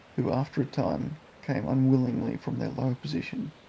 who after a time came unwillingly from their lower position,